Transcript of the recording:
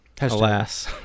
alas